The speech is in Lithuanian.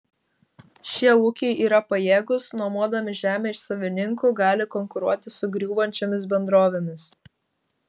šie ūkiai yra pajėgūs nuomodami žemę iš savininkų gali konkuruoti su griūvančiomis bendrovėmis